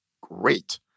great